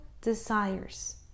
desires